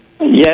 Yes